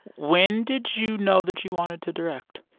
when did you know that you wanted to direct?